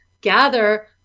gather